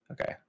Okay